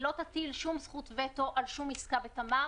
היא לא תטיל שום זכות וטו על שום עסקה בתמר